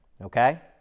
okay